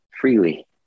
freely